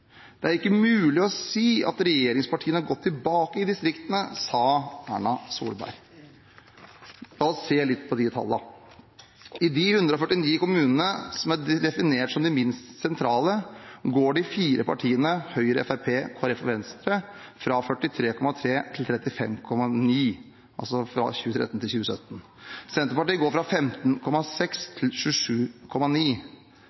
Det er ikke mulig å si at regjeringspartiene har gått tilbake i distriktene, sa Erna Solberg. La oss se litt på de tallene: I de 149 kommunene som er definert som de minst sentrale, går de fire partiene – Høyre, Fremskrittspartiet, Kristelig Folkeparti og Venstre – fra 43,3 til 35,9 pst. fra 2013 til 2017. Senterpartiet går fra 15,6